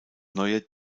neuer